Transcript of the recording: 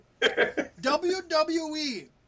WWE